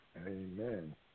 Amen